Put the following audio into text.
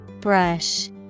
Brush